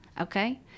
Okay